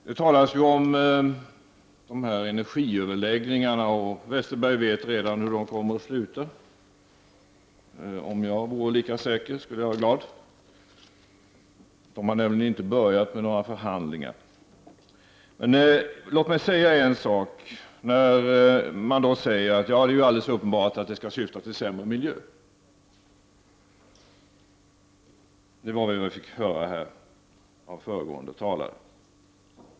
Det har talats om energiöverläggningarna, och Westerberg vet redan hur de kommer att sluta. Om jag vore lika säker, skulle jag vara glad. Några förhandlingar har nämligen inte påbörjats. Men låt mig säga en sak med anledning av påståendet att det är alldeles uppenbart att vi syftar till en sämre miljö — det var vad vi fick höra av föregående talare.